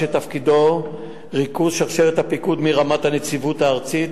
שתפקידו ריכוז שרשרת הפיקוד מרמת הנציבות הארצית,